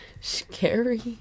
scary